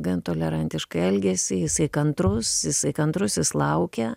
gan tolerantiškai elgėsi jisai kantrus kantrus jis laukia